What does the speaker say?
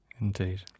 Indeed